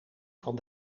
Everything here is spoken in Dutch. van